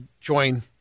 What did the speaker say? join